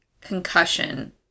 concussion